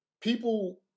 people